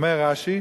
אומר רש"י